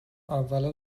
اولا